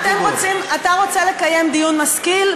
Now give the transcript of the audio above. אז אתה רוצה לקיים דיון משכיל?